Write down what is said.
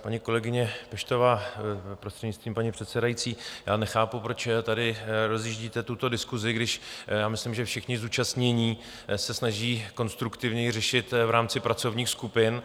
Paní kolegyně Peštová, prostřednictvím paní předsedající, nechápu, proč tady rozjíždíte tuto diskusi, když myslím, že všichni zúčastnění se snaží konstruktivně ji řešit v rámci pracovních skupin.